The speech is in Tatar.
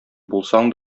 булсаң